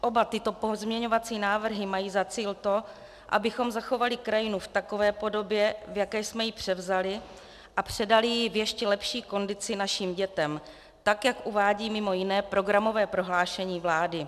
Oba tyto pozměňovací návrhy mají za cíl to, abychom zachovali krajinu v takové podobě, v jaké jsme ji převzali, a předali ji v ještě lepší kondici našim dětem, tak jak uvádí mj. programové prohlášení vlády.